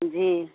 जी